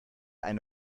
eine